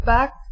Back